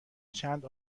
چند